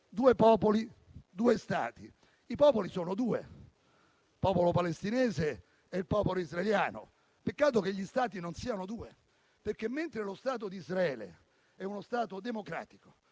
due popoli, due Stati. I popoli sono due, il popolo palestinese e il popolo israeliano. Peccato che gli Stati non siano due. Lo Stato di Israele è uno Stato democratico,